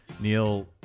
Neil